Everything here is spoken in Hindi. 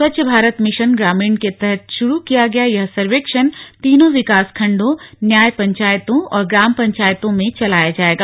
स्वच्छ भारत मिशन ग्रामीण के तहत शुरू किया गया यह सर्वेक्षण तीनों विकास खण्डों न्याय पंचायतों और ग्राम पंचायतों में चलाया जाएगा